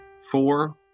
four